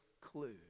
clue